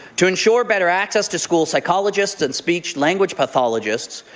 to ensure better access to school psychologist and speech language pathologists,